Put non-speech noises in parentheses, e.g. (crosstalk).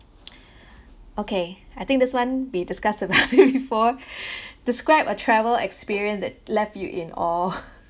(breath) okay I think this one we discuss (laughs) it before (breath) described a travel experience that left you in awe (laughs)